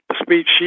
speech